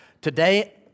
Today